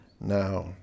now